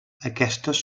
aquestes